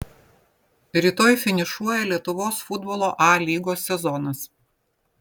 rytoj finišuoja lietuvos futbolo a lygos sezonas